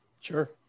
Sure